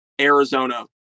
Arizona